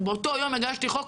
ובאותו יום הגשתי חוק,